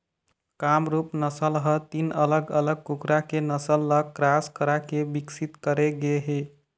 कामरूप नसल ह तीन अलग अलग कुकरा के नसल ल क्रास कराके बिकसित करे गे हे